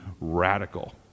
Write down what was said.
radical